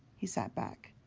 he sat back.